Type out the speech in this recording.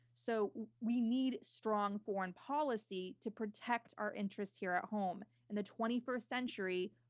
so we need strong foreign policy to protect our interests here at home. in the twenty first century,